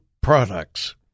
products